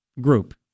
group